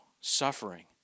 suffering